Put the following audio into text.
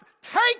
take